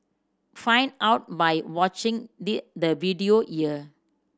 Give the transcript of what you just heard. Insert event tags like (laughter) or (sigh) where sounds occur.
find out by watching (unintelligible) the video here